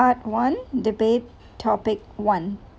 part one debate topic one